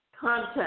content